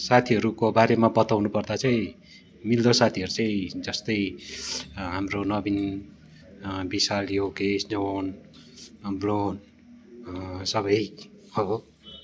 साथीहरूको बारेमा बताउनु पर्दा चाहिँ मिल्दो साथीहरू चाहिँ जस्तै हाम्रो नविन विशाल योगेस जोन ब्लोन सबै अब